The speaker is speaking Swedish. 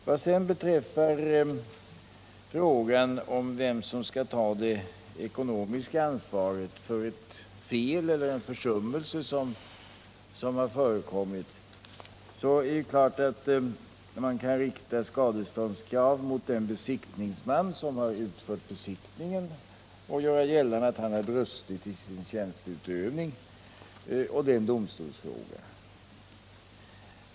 Vad sedan beträffar frågan om vem som skall ta det ekonomiska ansvaret för ett fel eller en försummelse som har förekommit, så kan man rikta skadeståndskrav mot den besiktningsman som har utfört besiktningen och göra gällande att han har brustit i sin tjänsteutövning. Det blir då en domstolsfråga.